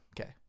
Okay